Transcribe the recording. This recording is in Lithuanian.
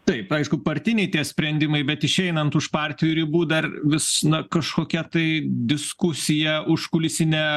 taip aišku partiniai tie sprendimai bet išeinant už partijų ribų dar vis na kažkokia tai diskusija užkulisinė